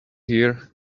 here